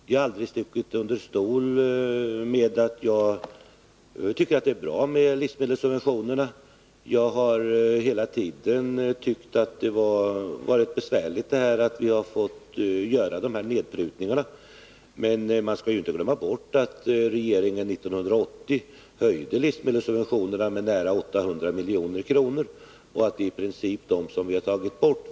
Jag har aldrig stuckit under stol med att jag tycker att det är bra att vi har livsmedelssubventioner. Jag har hela tiden tyckt att det har varit besvärligt att vi har varit tvungna att göra nedprutningar. Men man skall inte glömma bort att regeringen 1980 höjde livsmedelssubventionerna med nära 800 milj.kr. och att det i princip är de höjningarna vi nu har tagit bort.